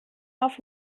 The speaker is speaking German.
auf